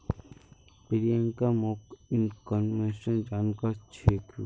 प्रियंका मैक्रोइकॉनॉमिक्सेर जानकार छेक्